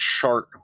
chart